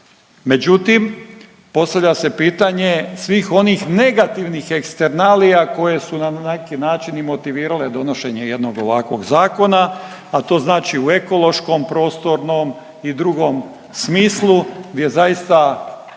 međutim postavlja se pitanje svih onih negativnih eksternalija koje su nam na neki način i motivirale donošenje jednog ovakvog zakona, a to znači u ekološkom prostornom i drugom smislu gdje zaista